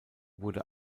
wurde